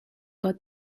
but